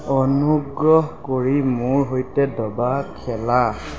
অনুগ্ৰহ কৰি মোৰ সৈতে দবা খেলা